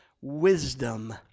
wisdom